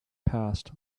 passed